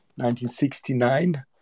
1969